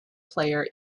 player